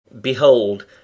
Behold